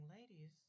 ladies